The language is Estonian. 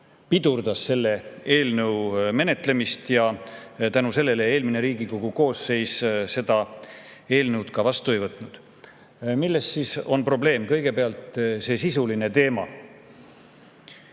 pidurdas selle eelnõu menetlemist ja tänu sellele eelmine Riigikogu koosseis seda eelnõu vastu ei võtnud. Milles on probleem? Kõigepealt see sisuline teema.